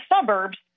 suburbs